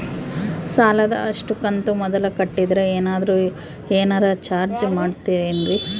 ಸಾಲದ ಅಷ್ಟು ಕಂತು ಮೊದಲ ಕಟ್ಟಿದ್ರ ಏನಾದರೂ ಏನರ ಚಾರ್ಜ್ ಮಾಡುತ್ತೇರಿ?